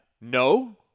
No